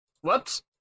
whoops